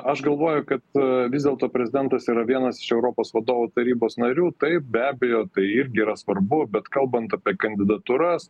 aš galvoju kad vis dėlto prezidentas yra vienas iš europos vadovų tarybos narių taip be abejo tai irgi yra svarbu bet kalbant apie kandidatūras